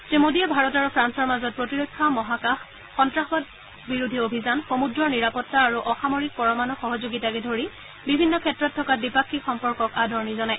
শ্ৰীমোডীয়ে ভাৰত আৰু ফ্ৰালৰ মাজত প্ৰতিৰক্ষা মহাকাশ সন্তাসবাদ বিৰোধী অভিযান সমূদ্ৰৰ নিৰাপত্তা আৰু অসামৰিক পৰমাণু সহযোগিতাকে ধৰি বিভিন্ন ক্ষেত্ৰত থকা দ্বিপাক্ষিক সম্পৰ্কক আদৰণি জনায়